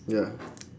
ya